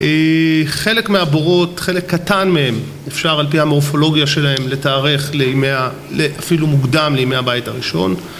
חלק מהבורות, חלק קטן מהם, אפשר על פי המורפולוגיה שלהם לתארך לימי, אפילו מוקדם לימי הבית הראשון